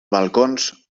balcons